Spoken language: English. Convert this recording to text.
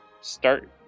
start